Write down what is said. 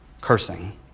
cursing